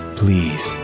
please